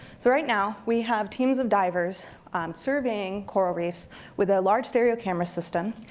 so right now, we have teams of divers surveying coral reefs with a large stereo camera system.